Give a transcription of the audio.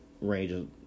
range